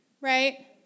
right